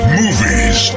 movies